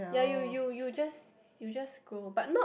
yeah you you you just go but